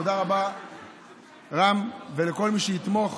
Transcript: תודה רבה, רם, ולכל מי שיתמוך